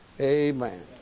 Amen